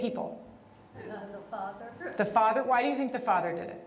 people the father why do you think the father did